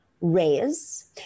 Raise